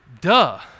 Duh